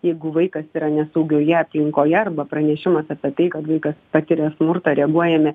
jeigu vaikas yra nesaugioje aplinkoje arba pranešimas apie tai kad vaikas patiria smurtą reaguojame